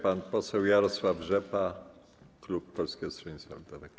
Pan poseł Jarosław Rzepa, klub Polskiego Stronnictwa Ludowego.